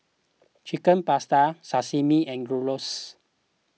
Chicken Pasta Sashimi and Gyros